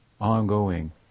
ongoing